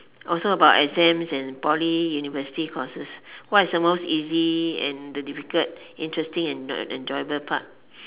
also about exams and poly university courses what is the most easy and the difficult interesting and the enjoyable part